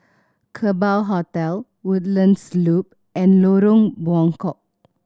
Kerbau Hotel Woodlands Loop and Lorong Buangkok